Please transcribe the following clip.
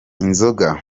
inzoga